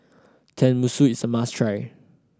tenmusu is a must try